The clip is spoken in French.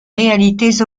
réalités